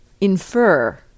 infer